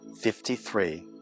fifty-three